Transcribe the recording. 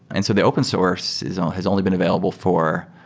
and so the open source has only been available for